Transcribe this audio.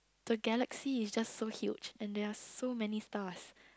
the galaxy is just so huge and there are so many stars